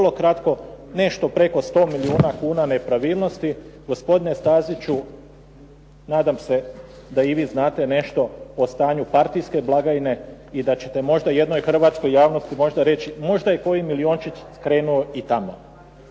nešto preko 100 milijuna kuna nepravilnosti gospodine Staziću nadam se da i vi znate nešto o stanju partijske blagajne i da ćete možda jednoj hrvatskoj javnosti možda reći možda je koji milijunčić krenuo i tamo.